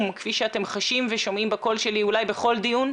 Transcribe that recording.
כפי שאתם חשים ושומעים בקול שלי אולי בכל דיון.